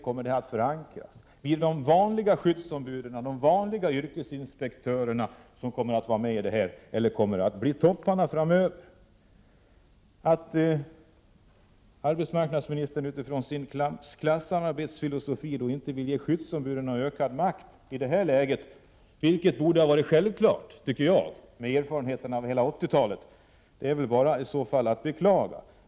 Kommer de vanliga skyddsombuden, de vanliga yrkesinspektörerna att vara med i arbetet framöver eller kommer det att bli topparna? Att arbetsmarknadsministern med utgångspunkt i sin klassamarbetsfilosofi i det här läget inte vill ge skyddsombuden ökad makt, vilket borde ha varit självklart mot bakgrund av vad som skett under hela 1980-talet, är i så fall bara att beklaga.